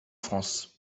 france